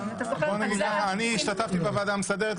אני השתתפתי בוועדה המסדרת,